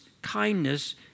Kindness